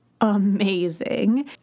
amazing